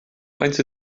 faint